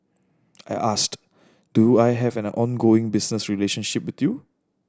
I asked do I have an ongoing business relationship with you